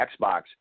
Xbox